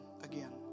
again